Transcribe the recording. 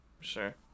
sure